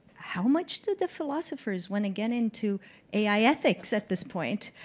how much do the philosophers want to get into ai ethics at this point?